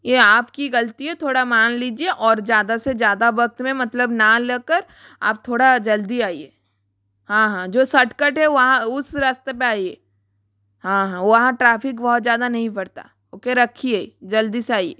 ये आपकी ग़ल्ती है थोड़ा मान लीजिए और ज़्यादा से ज़्यादा वक़्त में मतलब ना ले कर आप थोड़ा जल्दी आइए हाँ हाँ जो सड़क है वहाँ उस रास्ते पर आइए हाँ हाँ वहाँ ट्राफिक बहुत ज़्यादा नहीं पड़ता ओके रखिए जल्दी से आइए